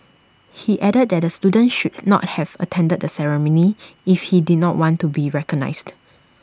he added that the student should not have attended the ceremony if he did not want to be recognised